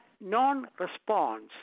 non-response